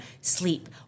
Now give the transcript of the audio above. sleep